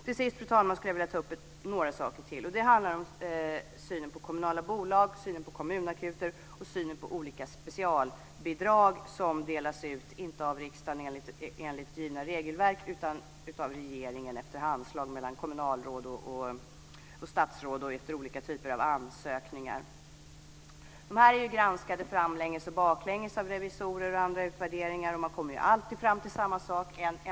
Till sist, fru talman, skulle jag vilja ta upp några saker till. Det handlar om synen på kommunala bolag, synen på kommunakuter och synen på olika specialbidrag som delas ut, inte av riksdagen enligt givna regelverk utan av regeringen efter handslag mellan kommunalråd och statsråd och efter olika typer av ansökningar. Ansökningarna är granskade framlänges och baklänges av revisorer och i andra utvärderingar, och man kommer alltid fram till samma sak.